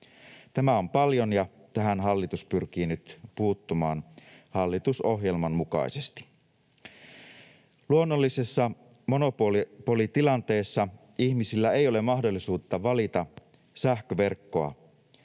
Tämä on paljon, ja tähän hallitus pyrkii nyt puuttumaan hallitusohjelman mukaisesti. Luonnollisessa monopolitilanteessa ihmisillä ei ole mahdollisuutta valita sähköverkkoa.